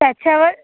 त्याच्यावर